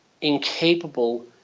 incapable